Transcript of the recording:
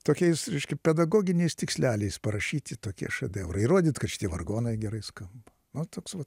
tokiais reiškia pedagoginiais tiksleliais parašyti tokie šedevrai įrodyt kad šitie vargonai gerai skamba nu toks va